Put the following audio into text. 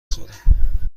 خورم